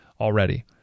already